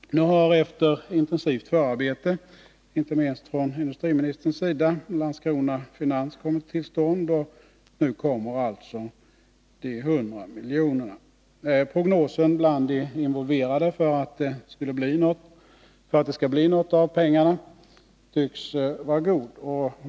Efter ett intensivt förarbete, inte minst från industriministerns sida, har Landskrona Finans AB kommit till stånd, och nu får man alltså de 100 miljonerna. Prognosen bland de involverade för att det skall bli något av pengarna tycks vara god.